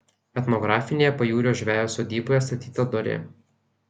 etnografinėje pajūrio žvejo sodyboje atstatyta dorė